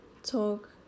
talk